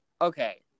okay